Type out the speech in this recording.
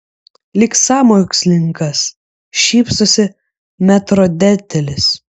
lyg sąmokslininkas šypsosi metrdotelis